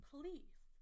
Please